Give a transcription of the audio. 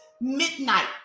midnight